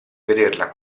vederla